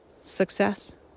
success